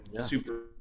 super